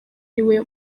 ariwe